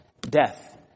Death